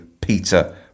Peter